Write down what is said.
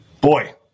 boy